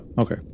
okay